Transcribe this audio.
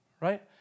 right